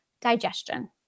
digestion